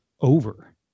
over